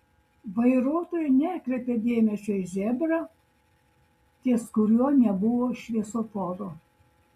vairuotojai nekreipė dėmesio į zebrą ties kuriuo nebuvo šviesoforo